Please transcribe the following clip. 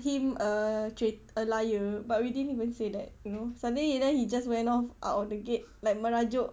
him a trait~ a liar but we didn't even say that you know suddenly and then he just went off out of the gate like merajuk